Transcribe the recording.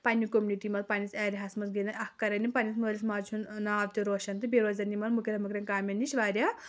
پنٛنہِ کوٚمنِٹی منٛز پنٛنِس ایریاہَس منٛز اَکھ کَرَن یِم پنٛنِس مٲلِس ماجہِ ہُنٛد ناو تہِ روشَن تہٕ بیٚیہِ روزَن یِمَن مٕکرٮ۪ن مٕکرٮ۪ن کامٮ۪ن نِش واریاہ